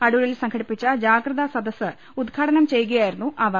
അടൂരിൽ സംഘടിപ്പിച്ച ജാഗ്രാതാ സദസ് ഉദ്ഘാടനം ചെയ്യുകയായിരുന്നു അവർ